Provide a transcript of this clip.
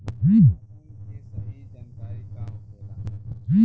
मौसम के सही जानकारी का होखेला?